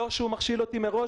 לא כשהוא מכשיל אותי מראש,